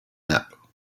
nap